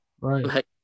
Right